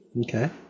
Okay